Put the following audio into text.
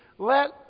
Let